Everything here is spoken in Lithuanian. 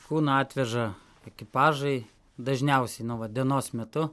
kūną atveža ekipažai dažniausiai no va dienos metu